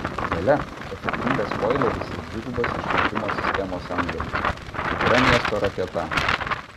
gale efektingas spoileris ir dvigubas išmetimo sistemos antgalis tikra miesto raketa